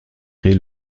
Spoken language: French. crée